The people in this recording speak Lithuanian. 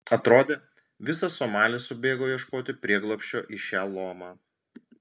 atrodė visas somalis subėgo ieškoti prieglobsčio į šią lomą